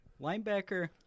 linebacker